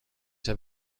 have